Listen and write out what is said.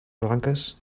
blanques